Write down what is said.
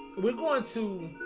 we're going to